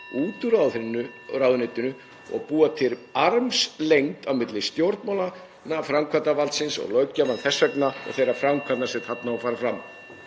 út úr ráðuneytinu og búa til armslengd á milli stjórnmálanna, framkvæmdarvaldsins og löggjafans þess vegna, og þeirrar framkvæmdar sem þarna á að fara fram.“